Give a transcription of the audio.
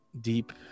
deep